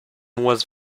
was